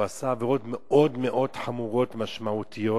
הוא עשה עבירות מאוד מאוד חמורות, משמעותיות,